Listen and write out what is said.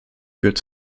führt